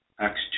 Acts